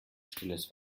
stilles